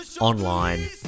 online